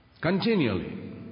Continually